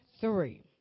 three